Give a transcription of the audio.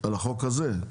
על החוק הזה,